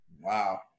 Wow